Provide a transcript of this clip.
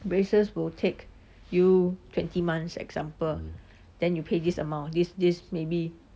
braces will take you twenty months example then you pay this amount this this maybe